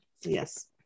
Yes